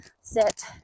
sit